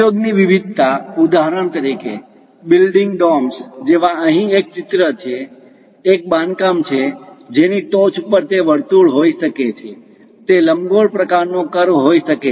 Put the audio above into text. ઉપયોગની વિવિધતા ઉદાહરણ તરીકે બિલ્ડિંગ ડોમ્સ જેવા અહીં એક ચિત્ર છે એક બાંધકામ છે જેની ટોચ પર તે વર્તુળ હોઈ શકે છે તે લંબગોળ પ્રકારનો કર્વ હોઈ શકે છે